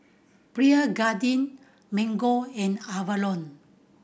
Pierre Cardin Mango and Avalon